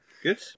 Good